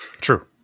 True